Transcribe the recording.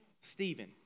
Stephen